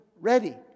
ready